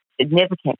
significant